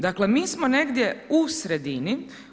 Dakle mi smo negdje u sredini.